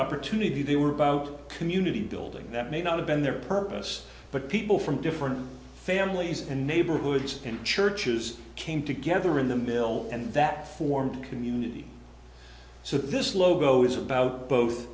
opportunity they were about community building that may not have been their purpose but people from different families and neighborhoods and churches came together in the mill and that formed community so this logo is about both